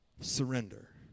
surrender